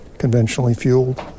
conventionally-fueled